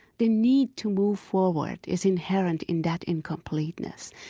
the need to move forward is inherent in that incompleteness,